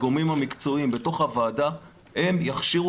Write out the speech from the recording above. הגורמים המקצועיים בתוך הוועדה יכשירו